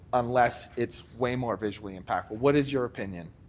unless it's way more visually impactful. what is your opinion?